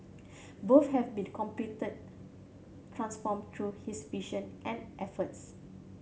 both have been completed transformed through his vision and efforts